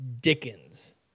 dickens